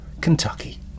Kentucky